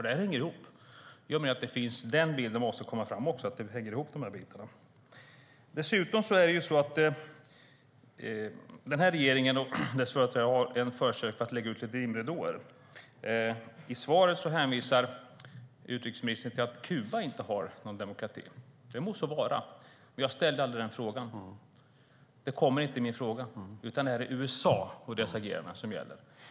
Det hänger ihop, och det måste komma fram. Denna regering har precis som den förra en förkärlek för att lägga ut dimridåer. I svaret hänvisar utrikesministern till att Kuba inte har demokrati. Det må så vara. Jag ställer dock aldrig den frågan, utan mina frågor handlar om USA:s agerande.